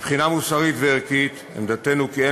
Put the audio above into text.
מבחינה מוסרית וערכית עמדתנו היא כי אין